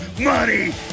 money